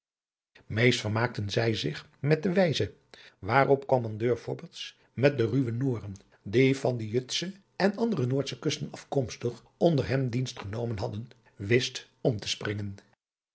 meest vermaakten zij zich met de wijze waarop de kommandeur fobberts met de ruwe noren die van de jutsche en andere noordsche kusten afkomstig onder hem dienst genomen hadden wist om te springen